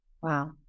wow